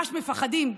ממש מפחדים.